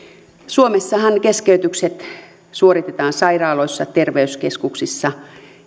suomessahan keskeytykset suoritetaan sairaaloissa terveyskeskuksissa